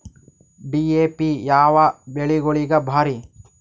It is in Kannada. ಡಿ.ಎ.ಪಿ ಯಾವ ಬೆಳಿಗೊಳಿಗ ಭಾರಿ?